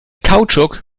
kautschuk